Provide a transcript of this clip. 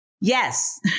Yes